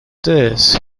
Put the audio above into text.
this